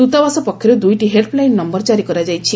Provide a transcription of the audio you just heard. ଦୂତାବାସ ପକ୍ଷରୁ ଦୁଇଟି ହେଲପ୍ଲାଇନ ନମ୍ଘର ଜାରି କରାଯାଇଛି